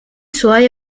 suoi